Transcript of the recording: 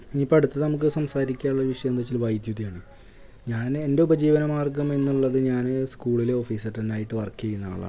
ഇനിയിപ്പം അടുത്തു നമുക്ക് സംസാരിക്കാനുള്ള വിഷയമെന്നു വെച്ചാൽ വൈദ്യുതിയാണ് ഞാൻ എൻ്റെ ഉപജീവനമാർഗ്ഗമെന്നുള്ളത് ഞാൻ സ്കൂളിൽ ഓഫീസ് അറ്റൻടായിട്ട് വർക്ക് ചെയ്യുന്നയാളാണപ്പം ഞാൻ